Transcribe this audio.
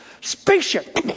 spaceship